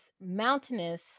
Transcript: mountainous